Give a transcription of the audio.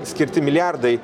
skirti milijardai